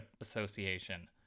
Association